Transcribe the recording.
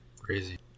crazy